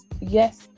yes